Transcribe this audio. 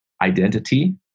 identity